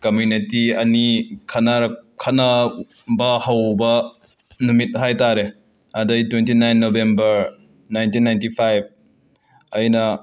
community ꯑꯅꯤ ꯈꯠꯅꯔꯛ ꯈꯠꯅꯕ ꯍꯧꯕ ꯅꯨꯃꯤꯠ ꯍꯥꯏꯕ ꯇꯥꯔꯦ ꯑꯗꯒꯤ twenty nine November nineteen ninety five ꯑꯩꯅ